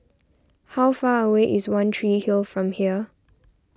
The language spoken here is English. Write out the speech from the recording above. how far away is one Tree Hill from here